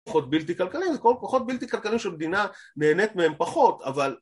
פחות בלתי כלכליים, זה קורה פחות בלתי כלכליים שהמדינה נהנית מהם פחות אבל